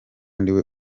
ndiwe